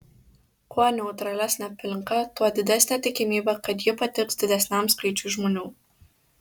kuo neutralesnė aplinka tuo didesnė tikimybė kad ji patiks didesniam skaičiui žmonių